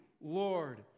Lord